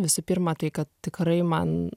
visų pirma tai kad tikrai man